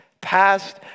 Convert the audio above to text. past